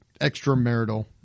extramarital